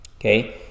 okay